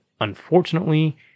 Unfortunately